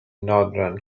northern